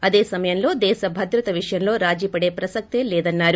అదే సమయంలో దేశ భద్రత విషయంలో రాజీ పడే ప్రశక్తి లేదన్నారు